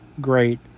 great